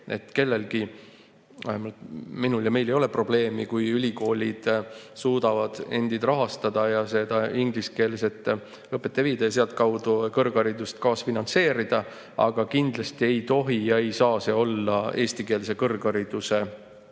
vähemalt minul ja meil – ei ole probleemi, kui ülikoolid suudavad endid rahastada ja seda ingliskeelset õpet ei viida [ära], et sealtkaudu kõrgharidust kaasfinantseerida, aga kindlasti ei tohi ja ei saa see olla eestikeelse kõrghariduse arvel.